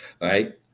right